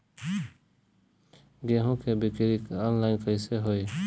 गेहूं के बिक्री आनलाइन कइसे होई?